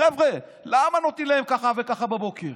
חבר'ה, למה נותנים להם ככה וככה בבוקר?